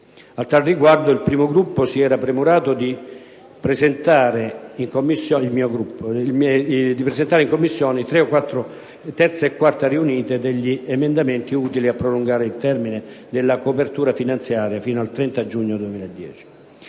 A tal riguardo, il mio Gruppo si era premurato di presentare nelle Commissioni 3a e 4a riunite degli emendamenti utili a prolungare il termine della copertura finanziaria fino al 30 giugno 2010.